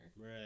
Right